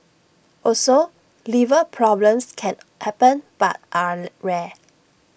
also liver problems can happen but are rare